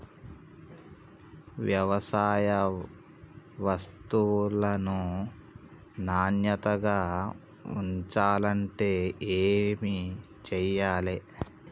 వ్యవసాయ వస్తువులను నాణ్యతగా ఉంచాలంటే ఏమి చెయ్యాలే?